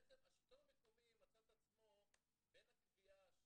השלטון המקומי מצא את עצמו בין הקביעה,